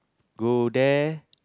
go there